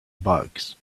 bugs